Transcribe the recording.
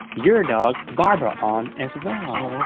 your dog, barbara, on as well.